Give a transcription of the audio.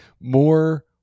more